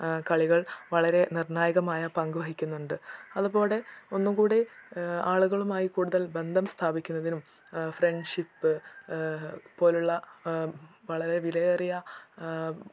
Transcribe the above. കളികൾ വളരെ നിർണ്ണായകമായ പങ്ക് വഹിക്കുന്നുണ്ട് അതുപോലെ ഒന്നു കൂടി ആളുകളുമായി കൂടുതൽ ബന്ധം സ്ഥാപിക്കുന്നതിനും ഫ്രണ്ട്ഷിപ്പ് പോലുള്ള വളരെ വിലയേറിയ